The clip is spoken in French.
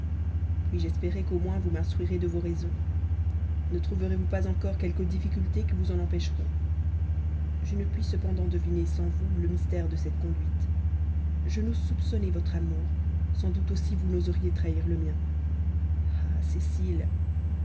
puis-je espérer qu'au moins vous m'instruirez de vos raisons ne trouverez-vous pas encore quelques difficultés qui vous en empêcheront je ne puis cependant deviner sans vous le mystère de cette conduite je n'ose soupçonner votre amour sans doute aussi vous n'oseriez trahir le mien ah cécile